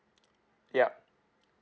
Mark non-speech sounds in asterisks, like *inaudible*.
*noise* yup